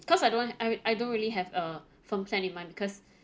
because I don't want I don't really have a firm plan in mind because